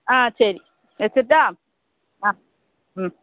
ஆ சரி வச்சுர்ட்டா ஆ ம்